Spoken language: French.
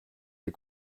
des